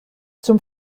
zum